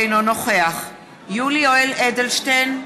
אינו נוכח יולי יואל אדלשטיין,